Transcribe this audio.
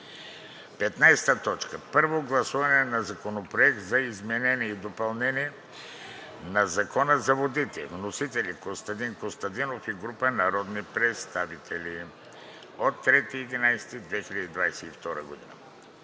15. Първо гласуване на Законопроекта за изменение и допълнение на Закона за водите. Вносители – Костадин Костадинов и група народни представители, 3 ноември 2022 г.